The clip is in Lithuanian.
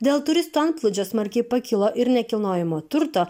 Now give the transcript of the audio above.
dėl turistų antplūdžio smarkiai pakilo ir nekilnojamo turto